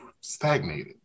stagnated